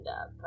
up